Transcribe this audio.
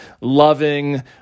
loving